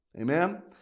Amen